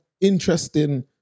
interesting